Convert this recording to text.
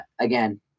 again